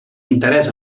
interès